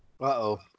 Uh-oh